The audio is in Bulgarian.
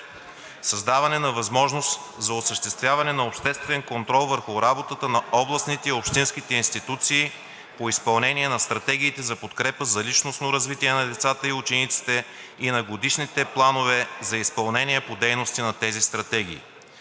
създаване на възможност за осъществяване на обществен контрол върху работата на областните и общинските институции по изпълнение на стратегиите за подкрепа за личностно развитие на децата и учениците и на годишните планове за изпълнение по дейности на тези стратегии.